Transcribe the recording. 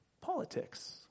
politics